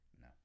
no